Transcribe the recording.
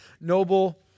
noble